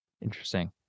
Interesting